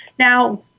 Now